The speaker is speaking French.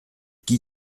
qui